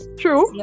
true